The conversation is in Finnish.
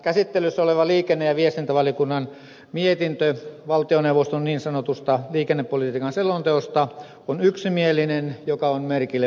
käsittelyssä oleva liikenne ja viestintävaliokunnan mietintö valtioneuvoston niin sanotusta liikennepolitiikan selonteosta on yksimielinen mikä on merkillepantavaa